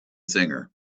singer